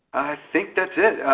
think that's it.